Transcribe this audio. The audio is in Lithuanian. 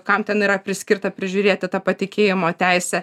kam ten yra priskirta prižiūrėti tą patikėjimo teisę